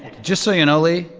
and just so you know, lee,